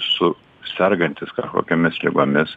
su sergantis kažkokiomis ligomis